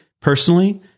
personally